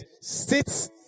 sits